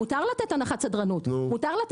מותר לו לתת הנחת סדרנות ונותנים,